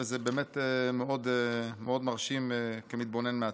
וזה מאוד מרשים כמתבונן מהצד.